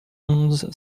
onze